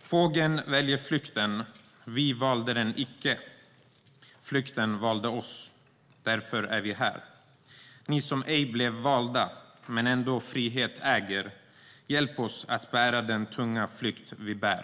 Fågeln väljer flykten. Vi valde den icke. Flykten valde oss. Därför är vi här. Ni som ej blev valda - men ändå frihet äger, hjälp oss att bära den tunga flykt vi bär!